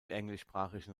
englischsprachigen